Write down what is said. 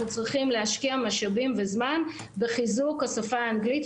צריכים להשקיע משאבים וזמן בחיזוק השפה האנגלית,